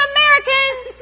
Americans